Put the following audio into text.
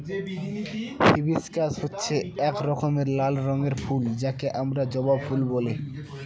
hibiscus হচ্ছে এক রকমের লাল রঙের ফুল যাকে আমরা জবা ফুল বলে